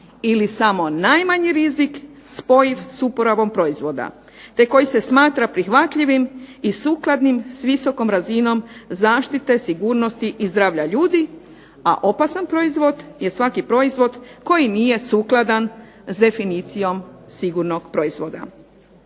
ili samo najmanji rizik spojiv s uporabom proizvoda, te koji se smatra prihvatljivim i sukladnim s visokom razinom zaštite, sigurnosti i zdravlja ljudi a opasan proizvod je svaki proizvod koji nije sukladan s definicijom sigurnog proizvoda.